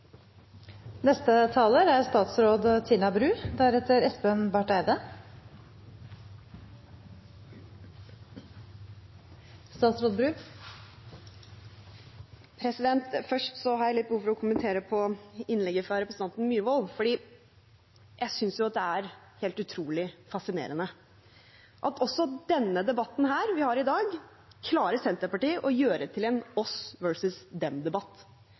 Først har jeg litt behov for å kommentere innlegget fra representanten Myhrvold, for jeg synes det er helt utrolig fascinerende at Senterpartiet klarer å gjøre også den debatten vi har i dag, til en oss-versus-dem-debatt – norske kommuner versus store internasjonale aktører. La oss